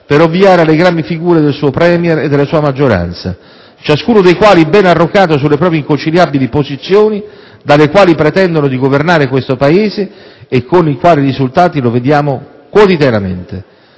per ovviare alle grame figure del suo *Premier* e della sua maggioranza, ciascuno dei quali ben arroccato sulle proprie inconciliabili posizioni, dalle quali pretendono di governare questo Paese; e con quali risultati lo vediamo quotidianamente.